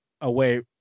away